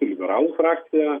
liberalų frakcija